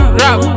rap